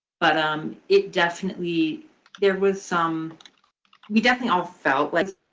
but um it definitely there was some we definitely all felt like